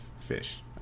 fish